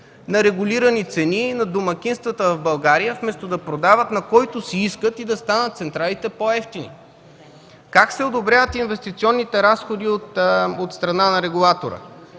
на регулирани цени на домакинствата в България, вместо да продават на който си искат и централите да станат по евтини. Как се одобряват инвестиционните разходи от страна на регулатора?